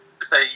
say